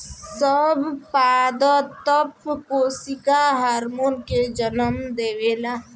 सब पादप कोशिका हार्मोन के जन्म देवेला